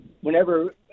whenever